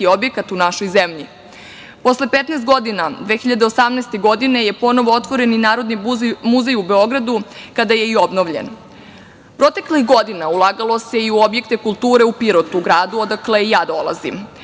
objekat u našoj zemlji. Posle 15 godina, 2018. godine je ponovo otvoren i Narodni muzej u Beogradu, kada je i obnovljen. Proteklih godina ulagalo se i u objekte kulture u Pirotu, gradu odakle ja dolazim.